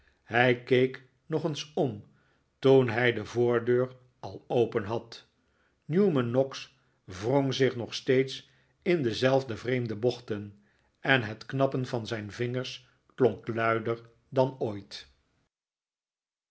hij keek nog eens om toen hij de voordeur al open had newman noggs wrong zich nog steeds in dezelfde vreemde bochten en het knappen van zijn vingers klonk luider dan ooit